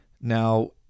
Now